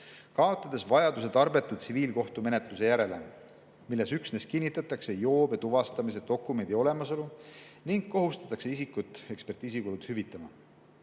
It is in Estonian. kaotades vajaduse tarbetu tsiviilkohtumenetluse järele, milles üksnes kinnitatakse joobe tuvastamise dokumendi olemasolu ning kohustatakse isikut ekspertiisikulud hüvitama.